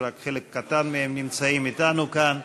שרק חלק קטן מהם נמצאים אתנו כאן,